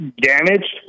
damaged